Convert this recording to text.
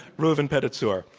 reuven pedatzur.